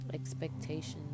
Expectations